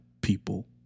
people